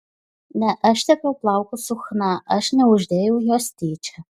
ne aš tepiau plaukus su chna aš neuždėjau jos tyčia